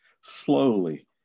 slowly